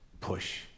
push